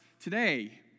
today